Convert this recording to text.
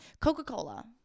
coca-cola